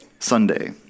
Sunday